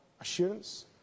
assurance